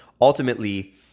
ultimately